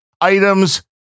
items